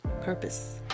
purpose